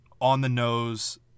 on-the-nose